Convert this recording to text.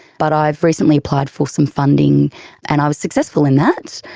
but i've recently applied for some funding and i was successful in that,